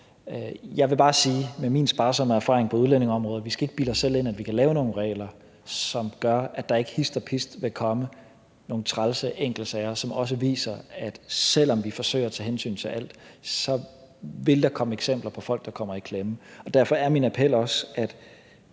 Jeg vil bare sige med min sparsomme erfaring på udlændingeområdet, at vi ikke skal bilde os selv ind, at vi kan lave nogle regler, som gør, at der ikke hist og pist vil komme nogle trælse enkeltsager, som også viser, at selv om vi forsøger at tage hensyn til alt, vil der komme eksempler på folk, der kommer i klemme, og derfor er min appel også, at